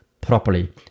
properly